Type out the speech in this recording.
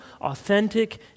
authentic